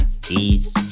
Peace